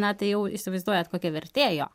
na tai jau įsivaizduojat kokia vertė jo